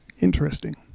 Interesting